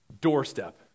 doorstep